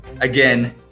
again